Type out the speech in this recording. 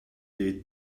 they